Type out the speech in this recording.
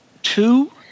Two